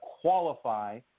qualify